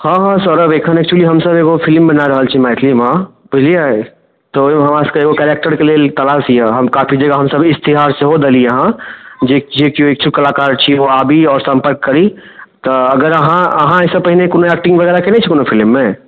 हाँ हाँ सौरभ एखन एक्चुअली हमसब एगो फिलिम बना रहल छी मैथिलीमे बुझलिए तऽ ओहिमे हमरासबके एगो कैरेक्टरके लेल तलाश अइ हम काफी जगह हमसब इश्तिहार सेहो देलिए हँ जे जे केओ इच्छुक कलाकार छी ओ आबी आओर सम्पर्क करी तऽ अगर अहाँ अहाँ एहिसँ पहिने कोनो एक्टिङ्ग वगैरह केने छी कोनो फिलिममे